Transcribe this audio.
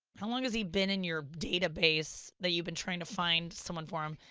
how long has he been in your database that you've been trying to find someone for him?